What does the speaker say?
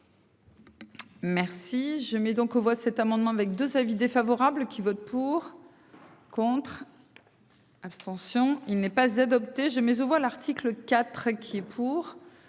Merci je mets donc aux voix cet amendement avec 2 avis défavorables qui vote pour. Contre. Abstention il n'est pas adopté, je mais aux voix l'article IV qui est pour,